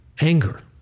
anger